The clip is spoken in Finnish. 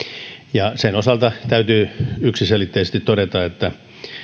ja sen osalta täytyy yksiselitteisesti todeta että